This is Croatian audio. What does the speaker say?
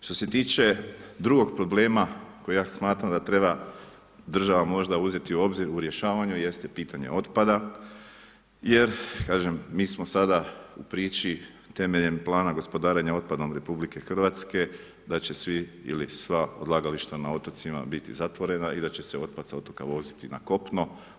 Što se tiče drugog problema koji ja smatram da treba država možda uzeti u obzir u rješavanju jeste pitanje otpada jer mi smo sada u priči temeljem plana gospodarenja otpadom RH da će svi ili sva odlagališta na otocima biti zatvorena i da će se otpad sa otoka voziti na kopno.